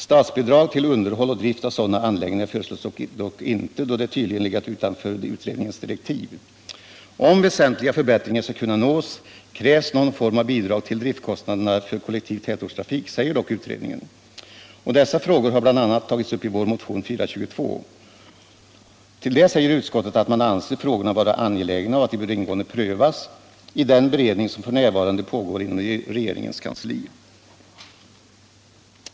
Statsbidrag till underhåll och drift av sådana anläggningar föreslås dock inte, då det tydligen legat utanför utredningens direktiv. Om väsentliga förbättringar skall kunna nås krävs någon form av bidrag till driftkostnaderna för kollektiv tätortstrafik, säger dock utredningen. Dessa frågor har bl.a. tagits upp i vår motion 422. Till detta säger utskottet att man anser frågorna vara angelägna och att de bör ingående: prövas i den beredning som f.n. pågår inom regeringens kansli.